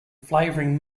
flavouring